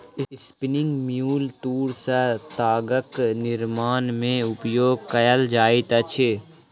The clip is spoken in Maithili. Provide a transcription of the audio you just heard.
स्पिनिंग म्यूल तूर सॅ तागक निर्माण में उपयोग कएल जाइत अछि